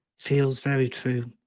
feels very true.